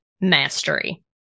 mastery